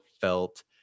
felt